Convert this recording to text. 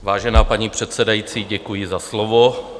Vážená paní předsedající, děkuji za slovo.